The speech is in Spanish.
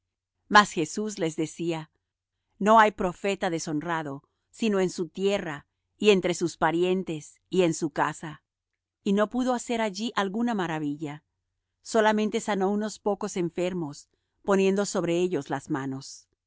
mas jesús les decía no hay profeta deshonrado sino en su tierra y entre sus parientes y en su casa y no pudo hacer allí alguna maravilla solamente sanó unos pocos enfermos poniendo sobre ellos las manos